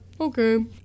Okay